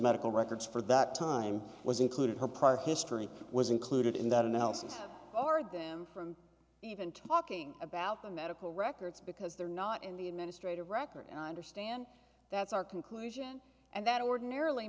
medical records for that time was included her prior history was included in that analysis or them from even talking about the medical records because they're not in the administrative record and i understand that's our conclusion and that ordinarily